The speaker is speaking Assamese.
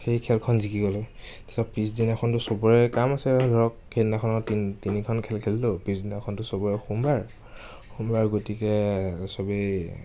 সেই খেলখন জিকি গ'লোঁ তাৰ পিছত পিছদিনাখনটো চবৰে কাম আছে আৰু ধৰক সেইদিনাখনৰ তিনি তিনিখন খেল খেলিলোঁ পিছদিনাখনটো চবৰে সোমবাৰ সোমবাৰ গতিকে চবেই